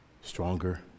stronger